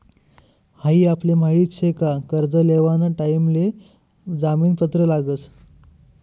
हाई आपले माहित शे का कर्ज लेवाना टाइम ले जामीन पत्र लागस